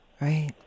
Right